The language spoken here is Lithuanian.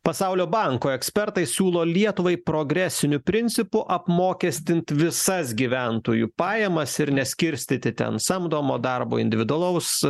pasaulio banko ekspertai siūlo lietuvai progresiniu principu apmokestint visas gyventojų pajamas ir neskirstyti ten samdomo darbo individualaus